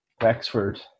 Wexford